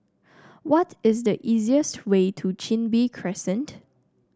what is the easiest way to Chin Bee Crescent